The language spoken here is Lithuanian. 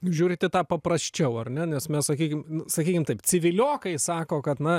žiūrint į tą paprasčiau ar ne nes mes sakykim sakykim taip civiliokai sako kad na